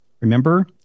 Remember